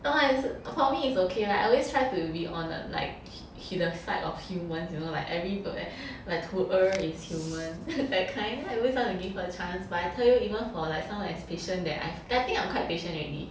well I~ for me is okay like I always try to be on like the side of humans you know like every book write to err is human that kind then I always want to give her chance but I tell you even for like someone as patient that I I think I'm quite patient already